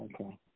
okay